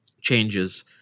changes